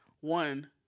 One